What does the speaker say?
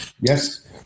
yes